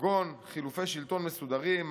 כגון חילופי שלטון מסודרים,